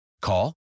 Call